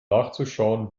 nachzuschauen